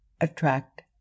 attract